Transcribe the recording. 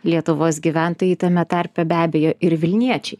lietuvos gyventojai tame tarpe be abejo ir vilniečiai